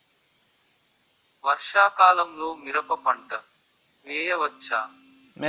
వర్షాకాలంలో మిరప పంట వేయవచ్చా?